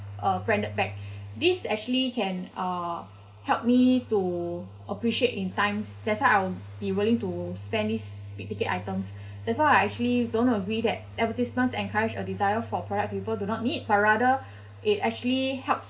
a branded bag this actually can uh help me to appreciate in times that's why I'll be willing to spend this big ticket items that's why I actually don't agree that advertisements encouraged a desire for products you do not need buy rather it actually helps